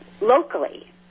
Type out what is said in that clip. locally